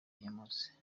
kanyomozi